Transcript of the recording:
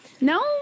No